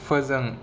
फोजों